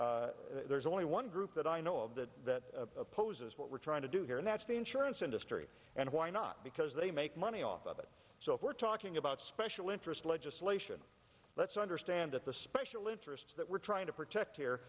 groups there's only one group that i know of that that opposes what we're trying to do here and that's the insurance industry and why not because they make money off of it so if we're talking about special interest legislation let's understand that the special interests that we're trying to protect here